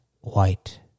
white